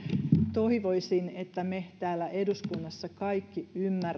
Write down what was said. toivoisin että me täällä eduskunnassa kaikki